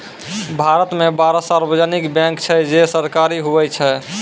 भारत मे बारह सार्वजानिक बैंक छै जे सरकारी हुवै छै